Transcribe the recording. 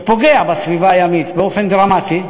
שפוגע בסביבה הימית באופן דרמטי.